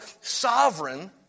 sovereign